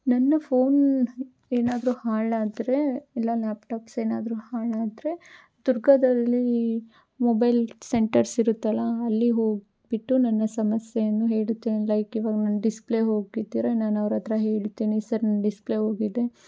ನನ್ನ ಫೋನ್ ಏನಾದರೂ ಹಾಳಾದರೆ ಇಲ್ಲ ಲ್ಯಾಪ್ಟಾಪ್ಸ್ ಏನಾದರೂ ಹಾಳಾದರೆ ದುರ್ಗದಲ್ಲಿ ಮೊಬೈಲ್ ಸೆಂಟರ್ಸ್ ಇರುತ್ತಲ್ಲ ಅಲ್ಲಿಗೆ ಹೋಗಿಬಿಟ್ಟು ನನ್ನ ಸಮಸ್ಯೆಯನ್ನು ಹೇಳುತ್ತೇನೆ ಲೈಕ್ ಇವಾಗ ನನ್ನ ಡಿಸ್ಪ್ಲೇ ಹೋಗಿದ್ದರೆ ನಾನು ಅವ್ರ ಹತ್ತಿರ ಹೇಳ್ತೀನಿ ಸರ್ ನನ್ನ ಡಿಸ್ಪ್ಲೇ ಹೋಗಿದೆ